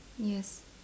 yes